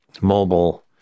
mobile